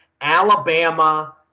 Alabama